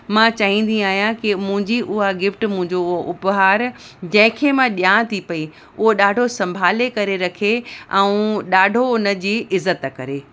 मां चाहींदी आहियां कि मुंहिंजी उहा गिफ़्ट मुंहिंजो उहो उपहार जंहिं खे मां ॾियां थी पई उहो ॾाढो संभाले करे रखे ऐं ॾाढो उन जी इज़त करे